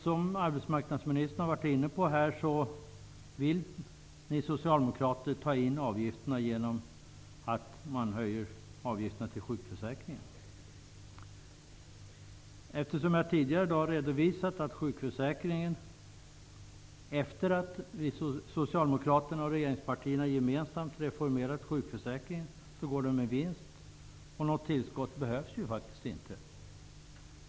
Som arbetsmarknadsministern har varit inne på vill Socialdemokraterna ta in dessa avgifter genom att höja sjukförsäkringsavgiften. Jag har tidigare redovisat att sjukförsäkringen, efter det att Socialdemokraterna och regeringspartierna gemensamt har reformerat den, nu går med vinst. Något tillskott behövs därför inte.